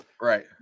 right